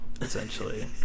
essentially